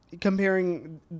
comparing